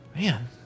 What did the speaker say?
Man